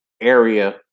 area –